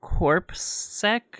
Corpsec